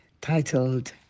titled